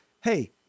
Hey